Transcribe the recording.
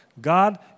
God